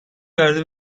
verdi